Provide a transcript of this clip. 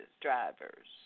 drivers